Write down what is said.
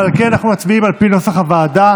אורי מקלב,